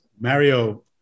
Mario